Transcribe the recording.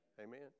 Amen